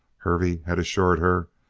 hervey had assured her,